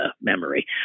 memory